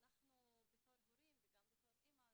אנחנו בתור הורים וגם בתור אימא,